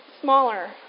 smaller